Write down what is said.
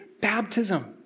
baptism